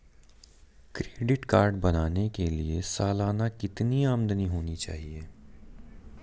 Credit card बनाने के लिए सालाना कितनी आमदनी होनी चाहिए?